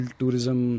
tourism